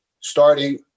starting